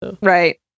right